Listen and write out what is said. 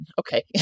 Okay